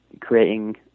creating